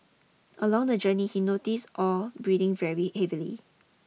along the journey he noticed Ow breathing very heavily